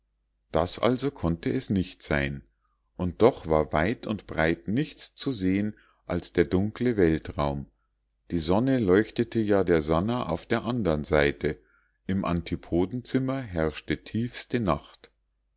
das also konnte es nicht sein und doch war weit und breit nichts zu sehen als der dunkle weltraum die sonne leuchtete ja der sannah auf der andern seite im antipodenzimmer herrschte tiefste nacht